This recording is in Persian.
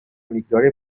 میگذاره